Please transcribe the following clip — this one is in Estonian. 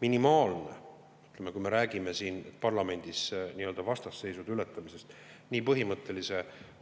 Minimaalne, kui me räägime parlamendis vastasseisude ületamisest nii põhimõttelise